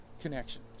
connection